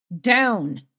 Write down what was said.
Down